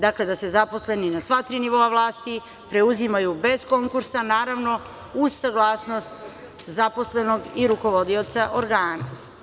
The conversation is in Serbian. Dakle, da se zaposleni na sva tri nivoa vlasti preuzimaju bez konkursa, naravno uz saglasnost zaposlenog rukovodioca organa.